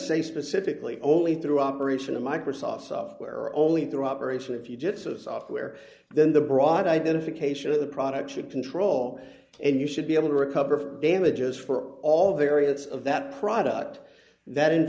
say specifically only through operation of microsoft's software or only through operation if you just sort of software then the broad identification of the product should control and you should be able to recover damages for all the areas of that product that in